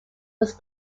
was